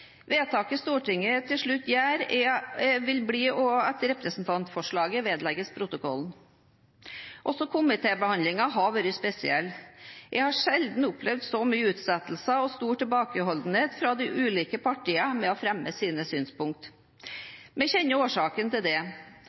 Vedtaket Stortinget til slutt gjør, vil bli at representantforslaget vedlegges protokollen. Også komitébehandlingen har vært spesiell. Jeg har sjelden opplevd så mye utsettelser og så stor tilbakeholdenhet fra de ulike partiene med å fremme sine synspunkter. Vi kjenner årsaken til dette. Den er at etter at representantforslaget ble fremmet, kom det